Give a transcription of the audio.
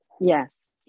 yes